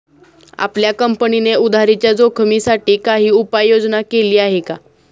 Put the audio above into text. आपल्या कंपनीने उधारीच्या जोखिमीसाठी काही उपाययोजना केली आहे का?